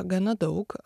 gana daug